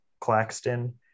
Claxton